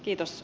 kiitos